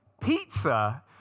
Pizza